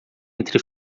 entre